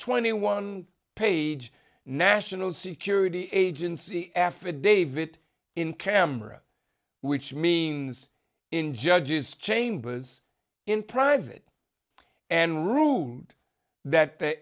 twenty one page national security agency affidavit in camera which means in judge's chambers in private and rude that the